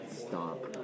Stop